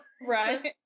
right